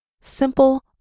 Simple